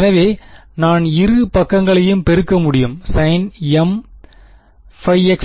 எனவே நான் இரு பக்கங்களையும் பெருக்க முடியும் sin mπx